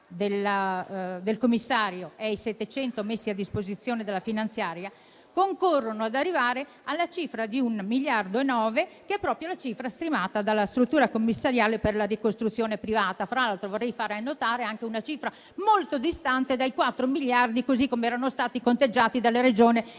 del commissario e ai 700 messi a disposizione dalla finanziaria, concorrono ad arrivare alla cifra di 1,9 miliardi, che è proprio la cifra stimata dalla struttura commissariale per la ricostruzione privata. Fra l'altro, vorrei far notare che è una cifra molto distante dai 4 miliardi che erano stati conteggiati dalla Regione